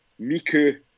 Miku